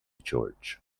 george